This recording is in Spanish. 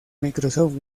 microsoft